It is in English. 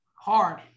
hard